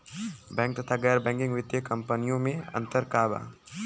Bank तथा गैर banking वित्तीय कम्पनीयो मे अन्तर का बा?